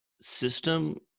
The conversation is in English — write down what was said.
system